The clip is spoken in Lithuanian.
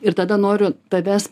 ir tada noriu tavęs